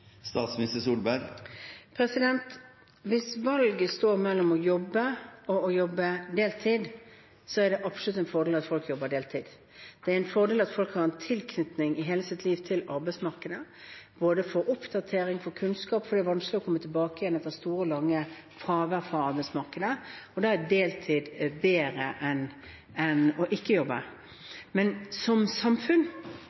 Hvis valget står mellom ikke å jobbe og å jobbe deltid, er det absolutt en fordel at folk jobber deltid. Det er en fordel at folk kan ha tilknytning til arbeidsmarkedet i hele sitt liv, både for oppdatering og for kunnskap, for det er vanskelig å komme tilbake igjen etter et langt fravær fra arbeidsmarkedet, og da er deltid bedre enn ikke å